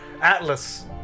Atlas